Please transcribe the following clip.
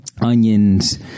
onions